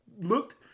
looked